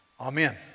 amen